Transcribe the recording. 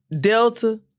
Delta